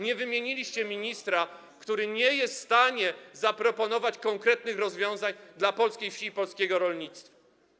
Nie wymieniliście ministra, który nie jest w stanie zaproponować konkretnych rozwiązań dla polskiej wsi i polskiego rolnictwa.